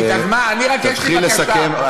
תתחיל לסכם.